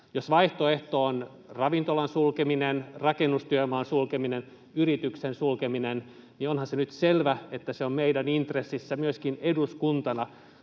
Jos vaihtoehto on ravintolan sulkeminen, rakennustyömaan sulkeminen, yrityksen sulkeminen, niin onhan se nyt selvä, että se on meidän intressissä myöskin eduskuntana